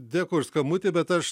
dėkui už skambutį bet aš